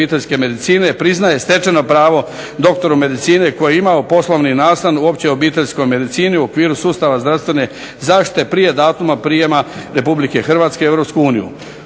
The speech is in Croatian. priznaje stečajno pravo dr. medicine koji je imao poslovni nastan u općoj obiteljskoj medicini u okviru sustava zdravstvene zaštite prije datuma prijema RH u EU.